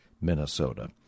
Minnesota